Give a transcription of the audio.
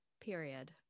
period